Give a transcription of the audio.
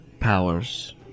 Powers